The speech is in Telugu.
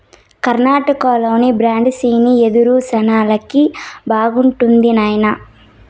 కర్ణాటకలోని బ్రాండిసి యెదురు శాలకి బాగుండాది నాయనా